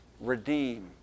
redeem